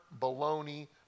baloney